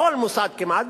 בכל מוסד כמעט,